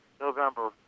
November